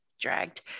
dragged